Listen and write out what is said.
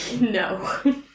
No